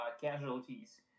casualties